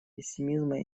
пессимизма